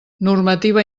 normativa